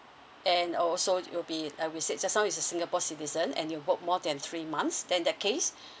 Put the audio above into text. and also you'll be I will said just now is a singapore citizen and you work more than three months then that case